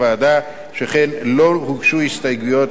שכן לא הוגשו הסתייגויות להצעת החוק.